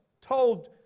told